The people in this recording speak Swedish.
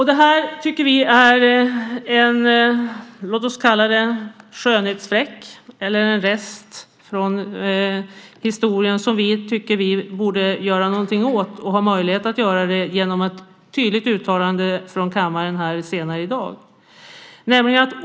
Detta tycker vi är en skönhetsfläck - låt oss kalla det så - eller en rest från historien som vi tycker att vi borde göra något åt. Vi har möjlighet att göra det genom ett tydligt uttalande från kammaren här senare i dag.